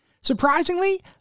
Surprisingly